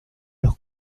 los